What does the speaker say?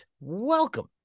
Welcome